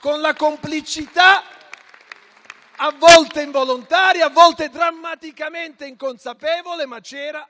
con la complicità a volte involontaria, a volte drammaticamente inconsapevole,